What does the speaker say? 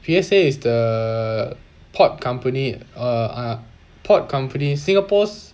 P_S_A is the port company uh err port company singapore's